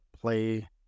play